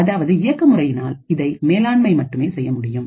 அதாவது இயக்க முறைமையினால் இதை மேலாண்மை மட்டுமே செய்ய முடியும்